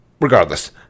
regardless